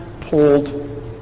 pulled